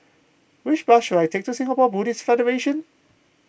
which bus should I take to Singapore Buddhist Federation